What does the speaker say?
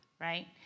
right